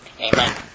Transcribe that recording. Amen